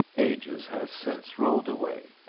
ages have since rolled away.